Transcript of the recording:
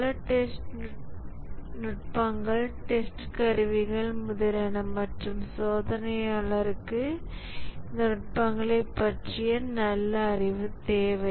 பல டெஸ்ட் நுட்பங்கள் டெஸ்ட் கருவிகள் முதலியன மற்றும் சோதனையாளருக்கு இந்த நுட்பங்களைப் பற்றி நல்ல அறிவு தேவை